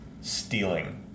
stealing